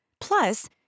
Plus